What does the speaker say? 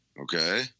Okay